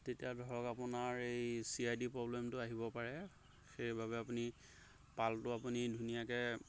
তেতিয়া ধৰক আপোনাৰ এই চি আই ডি প্ৰব্লেমটো আহিব পাৰে সেইবাবে আপুনি পালটো আপুনি ধুনীয়াকৈ